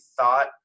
thought